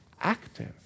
active